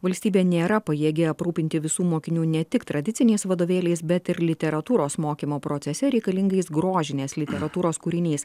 valstybė nėra pajėgi aprūpinti visų mokinių ne tik tradiciniais vadovėliais bet ir literatūros mokymo procese reikalingais grožinės literatūros kūriniais